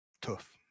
tough